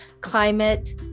climate